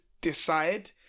decide